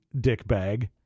dickbag